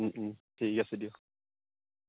ঠিক আছে দিয়ক